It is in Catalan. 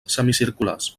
semicirculars